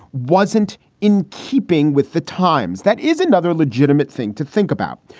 wasn't in keeping with the times. that is another legitimate thing to think about.